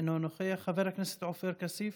אינו נוכח, חבר הכנסת עופר כסיף.